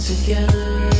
together